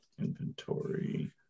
Inventory